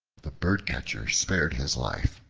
the birdcatcher spared his life,